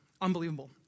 Unbelievable